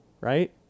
right